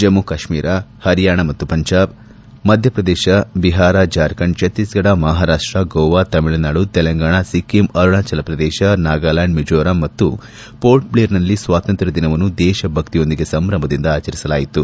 ಜಮ್ಗು ಕಾಶ್ಮೀರ ಹರಿಯಾಣ ಮತ್ತು ಪಂಜಾಬ್ ಮಧ್ಯಪ್ರದೇಶ ಬಿಹಾರ ಜಾರ್ಖಂಡ್ ಛಕ್ತೀಸ್ಗಢ ಮಹಾರಾಷ್ಟ ಗೋವಾ ತಮಿಳುನಾಡು ತೆಲಂಗಾಣ ಸಿಕ್ಕಿಂ ಅರುಣಾಚಲಪ್ರದೇಶ ನಾಗಾಲ್ಡಾಂಡ್ ಮಿಜೋರಾಂ ಮತ್ತು ಪೋರ್ಟ್ ಭ್ಲೇರ್ನಲ್ಲಿ ಸ್ವಾತಂತ್ರ್ತದಿನವನ್ನು ದೇಶಭಕ್ತಿಯೊಂದಿಗೆ ಸಂಭ್ರಮದಿಂದ ಆಚರಿಸಲಾಯಿತು